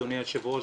אדוני היושב-ראש,